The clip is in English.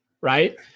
right